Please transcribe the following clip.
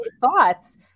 thoughts